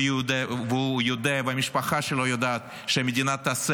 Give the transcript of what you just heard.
והוא יודע והמשפחה שלו יודעת שהמדינה תעשה